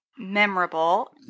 Memorable